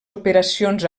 operacions